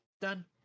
done